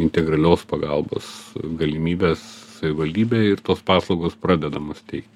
integralios pagalbos galimybes savivaldybėj ir tos paslaugos pradedamos teikti